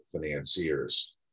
financiers